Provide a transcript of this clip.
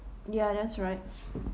ya that's right